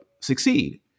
succeed